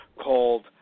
called